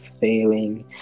failing